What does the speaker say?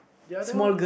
the other one